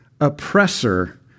oppressor